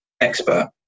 expert